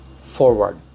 forward